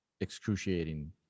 excruciating